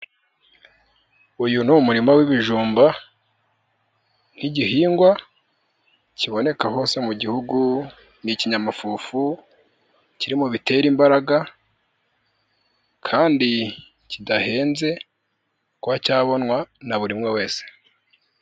Uyu ni umurima w'ibijumba nk'igihingwa kiboneka hose mu gihugu ni ikinyamafufu kirimo bitera imbaraga, kandi kidahenze kuba cyabonwa na buri umwe wese.